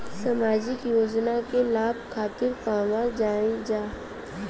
सामाजिक योजना के लाभ खातिर कहवा जाई जा?